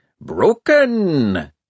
Broken